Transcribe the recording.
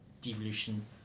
devolution